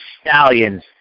stallions